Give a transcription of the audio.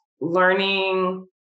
learning